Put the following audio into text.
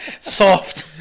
soft